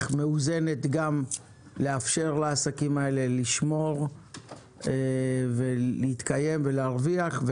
מאוזנת גם לאפשר לעסקים האלה לשמור ולהתקיים ולהרוויח,